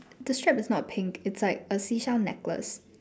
the strap is not pink it's like a seashell necklace